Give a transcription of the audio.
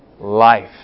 life